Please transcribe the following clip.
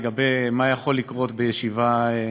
מה יכול לקרות בישיבה,